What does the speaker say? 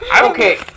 Okay